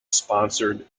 sponsored